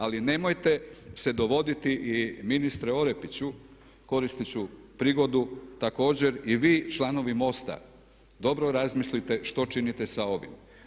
Ali nemojte se dovoditi i ministre Orepiću koristit ću prigodu također i vi članovi MOST-a dobro razmislite što činite sa ovim.